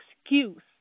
excuse